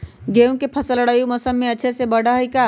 गेंहू के फ़सल रबी मौसम में अच्छे से बढ़ हई का?